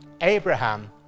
Abraham